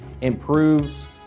improves